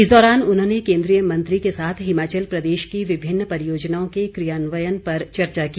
इस दौरान उन्होंने केन्द्रीय मंत्री के साथ हिमाचल प्रदेश की विभिन्न परियोजनाओं के क्रियान्वयन पर चर्चा की